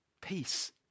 Peace